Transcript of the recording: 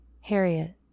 Harriet